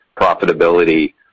profitability